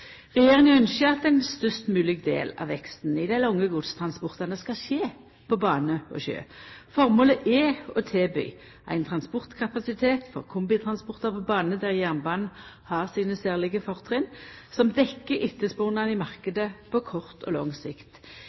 Regjeringa ynskjer at ein størst mogleg del av veksten i dei lange godstransportane skal skje på bane og sjø. Føremålet er å tilby ein transportkapasitet for kombitransportar på bane, der jernbanen har sine særlege fortrinn, som dekkjer etterspurnaden i marknaden på kort og lang sikt.